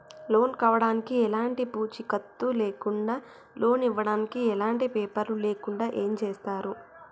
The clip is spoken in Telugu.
లోన్ కావడానికి ఎలాంటి పూచీకత్తు లేకుండా లోన్ ఇవ్వడానికి ఎలాంటి పేపర్లు లేకుండా ఏం చేస్తారు?